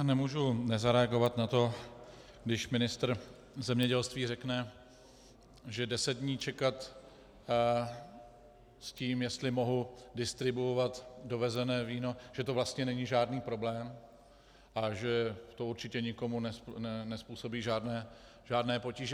Já nemůžu nezareagovat na to, když ministr zemědělství řekne, že deset dnů čekat s tím, jestli mohu distribuovat dovezené víno, že to vlastně není žádný problém a že to určitě nikomu nezpůsobí žádné potíže.